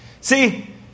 See